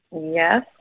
Yes